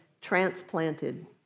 transplanted